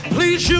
Please